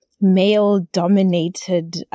male-dominated